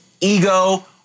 ego